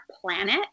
planet